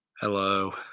Hello